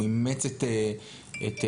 הוא אימץ את המסקנות.